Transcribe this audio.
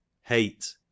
Hate